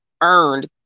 earned